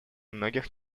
многих